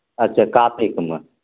अच्छे कातिकमे